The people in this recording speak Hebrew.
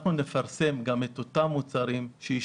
אנחנו נפרסם גם את אותם מוצרים שאישרנו,